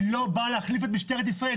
היא לא באה להחליף את משטרת ישראל,